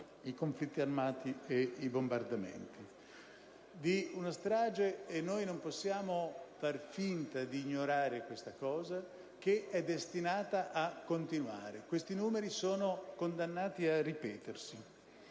i conflitti armati e i bombardamenti. È una strage che non possiamo far finta di ignorare, perché destinata a continuare: questi numeri sono destinati a ripetersi.